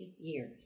years